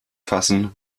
fassen